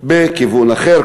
בכיוון אחר,